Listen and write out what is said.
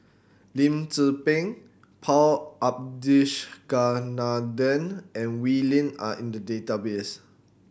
Lim Tze Peng Paul Abisheganaden and Wee Lin are in the database